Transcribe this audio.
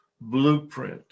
blueprint